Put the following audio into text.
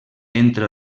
entra